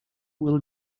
will